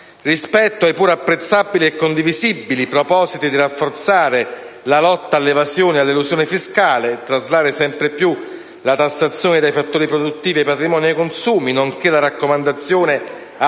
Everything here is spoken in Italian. Rispetto ai pur apprezzabili e condivisibili propositi di rafforzare la lotta all'evasione e all'elusione fiscale, traslare sempre più la tassazione dai fattori produttivi ai patrimoni e ai consumi, nonché la raccomandazione a